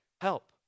help